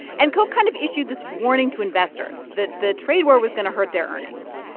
and coke kind of issued this warning to investors that the trade war was going to hurt their earnings.